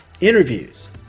interviews